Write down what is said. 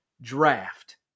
draft